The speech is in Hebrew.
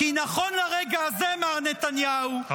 כי נכון לרגע הזה, מר נתניהו -- תתבייש.